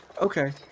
Okay